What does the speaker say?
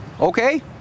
Okay